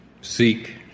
Seek